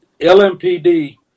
LMPD